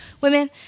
women